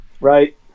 Right